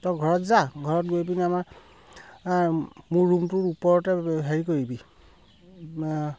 তই ঘৰত যা ঘৰত গৈ পিনি আমাৰ মোৰ ৰুমটোৰ ওপৰতে হেৰি কৰিবি